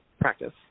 practice